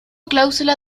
cláusula